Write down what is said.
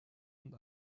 und